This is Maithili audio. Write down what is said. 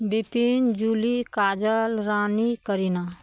बिपिन जूली काजल रानी करीना